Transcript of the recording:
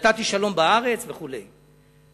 ונתתי שלום בארץ וכו'.